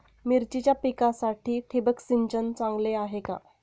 मिरचीच्या पिकासाठी ठिबक सिंचन चांगले आहे का?